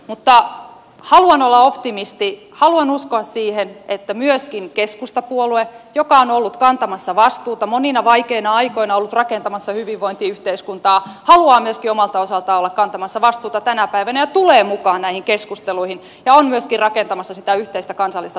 mutta haluan olla optimisti haluan uskoa siihen että myöskin keskustapuolue joka on ollut kantamassa vastuuta monina vaikeina aikoina ollut rakentamassa hyvinvointiyhteiskuntaa haluaa omalta osaltaan olla kantamassa vastuuta tänä päivänä ja tulee mukaan näihin keskusteluihin ja on myöskin rakentamassa sitä yhteistä kansallista tahtotilaa jota hallitus tässä peräänkuuluttaa